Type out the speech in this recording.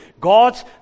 God's